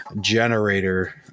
generator